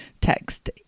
text